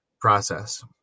process